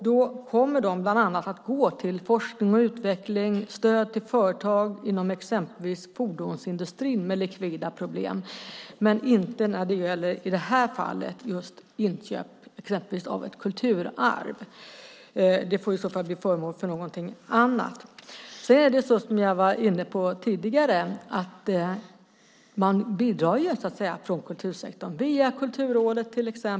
De kommer bland annat att gå till forskning och utveckling, stöd till företag inom exempelvis fordonsindustrin med likvida problem, men inte i det här fallet till just inköp av ett kulturarv. Det får i så fall bli föremål för någonting annat. Som jag var inne på tidigare bidrar man från kultursektorn, via till exempel Kulturrådet.